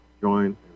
join